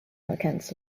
against